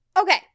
Okay